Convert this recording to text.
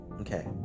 Okay